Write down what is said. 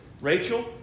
Rachel